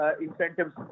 incentives